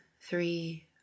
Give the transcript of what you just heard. three